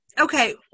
Okay